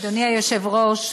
אדוני היושב-ראש,